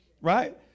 right